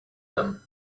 them